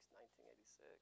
1986